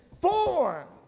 formed